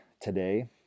today